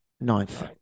Ninth